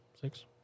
six